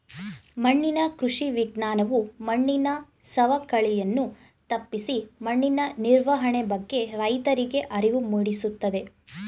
ಮಣ್ಣಿನ ಕೃಷಿ ವಿಜ್ಞಾನವು ಮಣ್ಣಿನ ಸವಕಳಿಯನ್ನು ತಪ್ಪಿಸಿ ಮಣ್ಣಿನ ನಿರ್ವಹಣೆ ಬಗ್ಗೆ ರೈತರಿಗೆ ಅರಿವು ಮೂಡಿಸುತ್ತದೆ